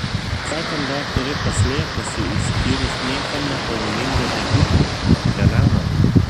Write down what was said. ką ten dar turi paslėpusi išskyrus niekam nepavojingą degiklį helena